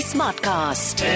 Smartcast